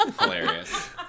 Hilarious